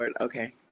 Okay